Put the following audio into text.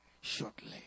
Shortly